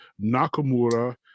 Nakamura